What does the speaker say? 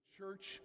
Church